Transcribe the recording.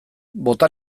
bota